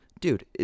Dude